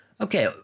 okay